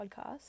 podcast